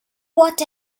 what